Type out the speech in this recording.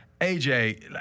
AJ